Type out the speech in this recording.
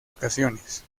ocasiones